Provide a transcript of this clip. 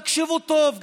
תקשיבו טוב.